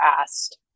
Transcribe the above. asked